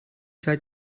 seit